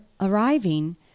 arriving